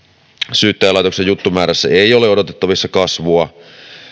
syyttäjälaitoksen juttumäärässä ei ei ole odotettavissa kasvua